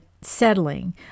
settling